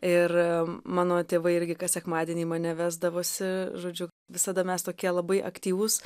ir mano tėvai irgi kas sekmadienį mane vesdavosi žodžiu visada mes tokie labai aktyvūs